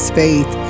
faith